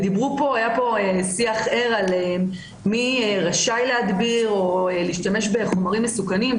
היה פה שיח ער מי רשאי להדביר או להשתמש בחומרים מסוכנים,